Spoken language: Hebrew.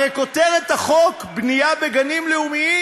הרי כותרת החוק היא בנייה בגנים לאומיים,